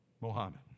Mohammed